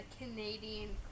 Canadian